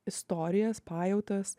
istorijas pajautas